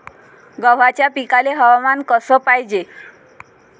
गव्हाच्या पिकाले हवामान कस पायजे?